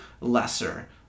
lesser